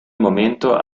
momento